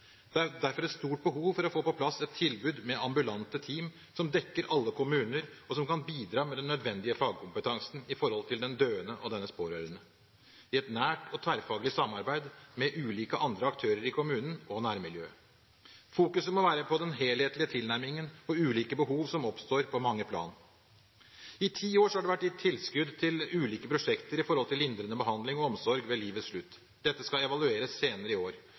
Det er derfor et stort behov for å få på plass et tilbud med ambulante team som dekker alle kommuner, og som kan bidra med den nødvendige fagkompetansen med hensyn til den døende og dennes pårørende, i et nært tverrfaglig samarbeid med ulike andre aktører i kommunen og i nærmiljøet. Fokuseringen må være på den helhetlige tilnærmingen og på ulike behov som oppstår på mange plan. I ti år har det vært gitt tilskudd til ulike prosjekter innen lindrende behandling og omsorg ved livets slutt. Dette skal evalueres senere i år,